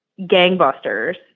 gangbusters